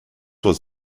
was